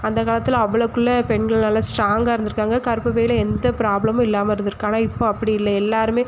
அந்த காலத்தில் அவ்ளோக்குள்ளே பெண்கள் நல்லா ஸ்ட்ராங்காக இருந்துருக்காங்க கர்பப்பையில எந்த ப்ராபளமும் இல்லாமல் இருந்துருக்கு ஆனால் இப்போ அப்படி இல்லை எல்லாருமே